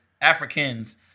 Africans